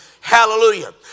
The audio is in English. Hallelujah